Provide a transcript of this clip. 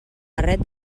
barret